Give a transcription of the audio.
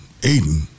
Aiden